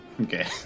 Okay